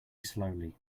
slowly